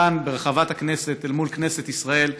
כאן, ברחבת הכנסת, אל מול כנסת ישראל.